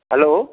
hello